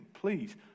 Please